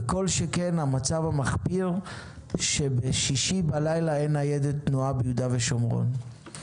וכל שכן המצב המחפיר שבשישי בלילה אין ניידת תנועה ביהודה ושומרון.